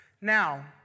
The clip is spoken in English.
Now